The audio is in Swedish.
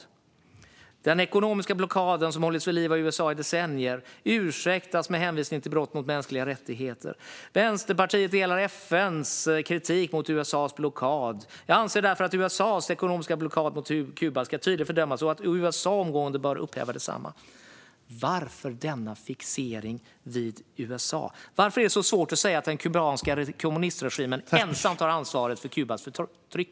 Håkan Svenneling talar om att "den ekonomiska blockad som hållits vid liv av USA i decennier ursäktas med hänvisning till brott mot mänskliga rättigheter" och att Vänsterpartiet håller med om FN:s kritik mot USA:s blockad. Håkan Svenneling anser också att "USA:s ekonomiska blockad mot Kuba tydligt bör fördömas och att USA omgående bör upphäva densamma". Varför denna fixering vid USA? Varför är det så svårt att säga att den kubanska kommunistregimen ensam har ansvaret för Kubas förtryck?